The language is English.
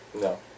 No